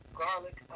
garlic